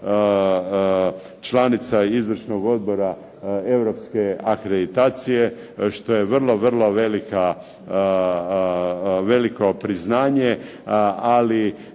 članica izvršnog Odbora europske akreditacije, što je vrlo, vrlo veliko priznanje. Ali